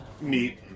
meet